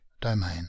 domain